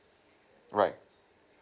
right